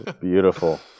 Beautiful